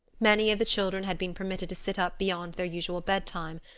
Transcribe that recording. many of the children had been permitted to sit up beyond their usual bedtime.